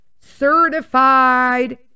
certified